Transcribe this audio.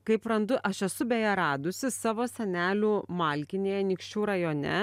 kaip randu aš esu beje radusi savo senelių malkinėj anykščių rajone